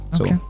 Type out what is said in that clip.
okay